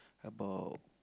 about